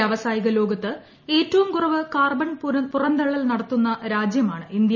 വ്യാവസായിക ലോകത്ത് ഏറ്റവും കുറവ് കാർബൺ പുറന്തള്ളൽ നടത്തുന്ന രാജ്യമാണ് ഇന്ത്യ